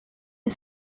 you